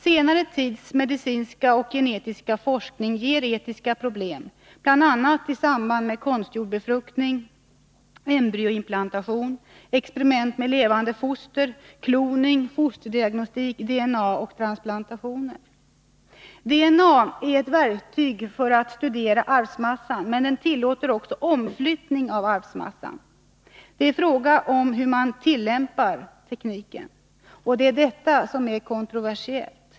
Senare tids medicinska och genetiska forskning ger etiska problem, bl.a. i samband med konstgjord befruktning, embryoimplantation, experiment med levande foster, kloning, fosterdiagnostik, DNA och transplantationer. DNA är ett verktyg för att studera arvsmassan, men den tillåter också omflyttning av arvmassan. Det är fråga om hur man tillämpar tekniken. Det är detta som är kontroversiellt.